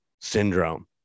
syndrome